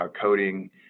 coding